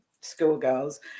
schoolgirls